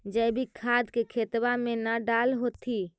जैवीक खाद के खेतबा मे न डाल होथिं?